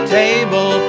table